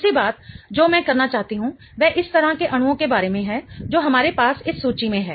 दूसरी बात जो मैं करना चाहती हूं वह इस तरह के अणुओं के बारे में है जो हमारे पास इस सूची में हैं